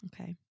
Okay